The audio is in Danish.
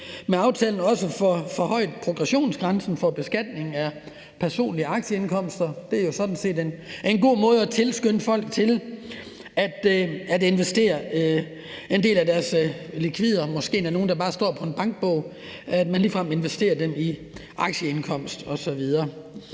med aftalen også får hævet progressionsgrænsen for beskatning af personlige aktieindkomster. Det er jo sådan set en god måde at tilskynde folk til at investere en del af deres likvider, måske nogle,